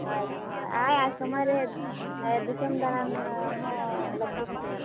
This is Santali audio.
ᱦᱳᱭ ᱛᱚ ᱦᱳᱭ ᱟᱨ ᱥᱚᱢᱚᱭᱨᱮ ᱫᱤᱥᱚᱢ ᱫᱟᱬᱟᱱᱦᱚᱸ ᱞᱟᱹᱠᱛᱤᱠᱟᱱ ᱜᱮᱭᱟ